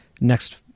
next